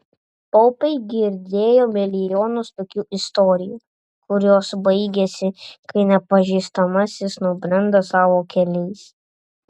paupiai girdėjo milijonus tokių istorijų kurios baigiasi kai nepažįstamasis nubrenda savo keliais